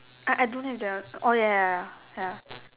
I I don't have their oh ya ya ya ya